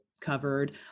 covered